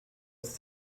ist